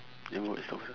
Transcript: never watch star wars ah